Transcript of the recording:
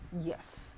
yes